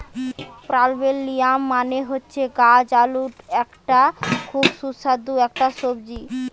পার্পেলিয়াম মানে হচ্ছে গাছ আলু এটা খুব সুস্বাদু একটা সবজি